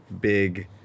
big